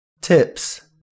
Tips